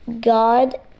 God